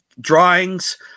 drawings